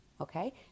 Okay